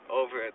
over